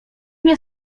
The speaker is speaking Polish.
nie